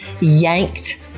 yanked